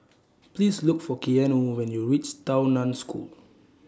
Please Look For Keanu when YOU REACH Tao NAN School